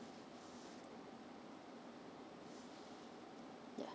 ya